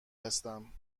هستم